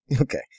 Okay